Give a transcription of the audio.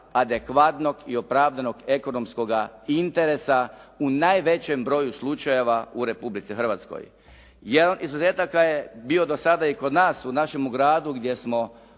adekvatnog i opravdanog ekonomskoga interesa u najvećem broju slučajeva u Republici Hrvatskoj. Jer izuzetaka je bilo do sada i kod nas u našemu gradu gdje smo